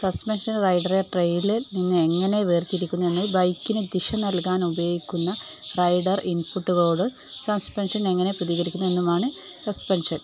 suspension റൈഡറെ ട്രേലിൽ നിന്ന് എങ്ങനെ വേർത്തിരിക്കുന്നുവെന്ന് ബൈക്കിന് ദിശ നൽകാൻ ഉപയോഗിക്കുന്ന റൈഡർ ഇൻപുട്ടുകളോട് സസ്പെൻഷൻ എങ്ങനെ പ്രതികരിക്കുന്നുവെന്നുമാണ് സസ്പെൻഷൻ